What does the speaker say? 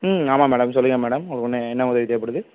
ம் ஆமாம் மேடம் சொல்லுங்கள் மேடம் உன்ன என்ன உதவி தேவைப்படுது